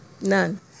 none